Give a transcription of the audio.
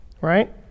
Right